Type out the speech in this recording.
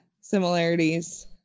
similarities